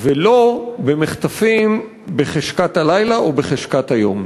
ולא במחטפים בחשכת הלילה או בחשכת היום.